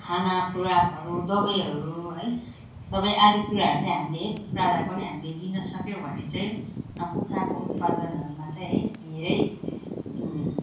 खाना खोराकहरू दबाईहरू है दबाई आदि कुराहरू चाहिँ हामीले कुखुरालाई पनि हामीले दिन सक्यौँ भने चाहिँ कुखुराको उत्पादनहरूमा चाहिँ है धेरै